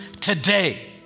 today